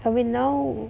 tapi now